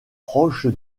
proche